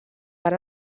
per